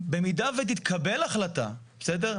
במידה ותתקבל החלטה, בסדר?